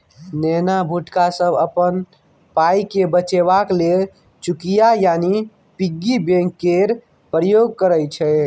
नेना भुटका सब अपन पाइकेँ बचेबाक लेल चुकिया यानी पिग्गी बैंक केर प्रयोग करय छै